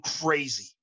crazy